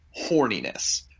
horniness